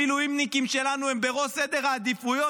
המילואימניקים שלנו הם בראש סדר העדיפויות,